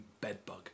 bedbug